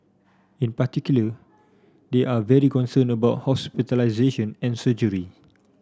in particular they are very concerned about hospitalisation and surgery